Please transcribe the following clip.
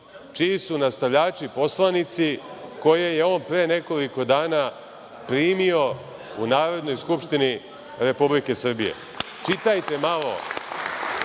čiji su nastavljači poslanici koje je on pre nekoliko dana primio u Narodnoj skupštini Republike Srbije. Čitajte